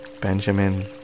Benjamin